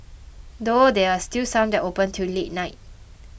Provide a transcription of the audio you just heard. though there are still some that open till late night